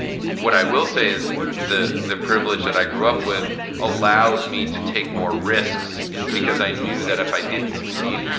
what i will say is the the privilege that i grew up with allowed me to take more risks because i knew that if i didn't succeed,